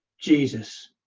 jesus